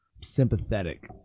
sympathetic